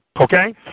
Okay